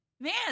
man